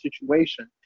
situation